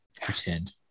Pretend